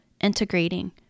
integrating